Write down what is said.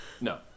No